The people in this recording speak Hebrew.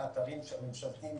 באתרים הממשלתיים